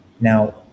Now